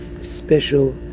special